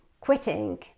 quitting